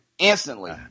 instantly